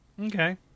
Okay